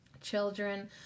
children